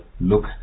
look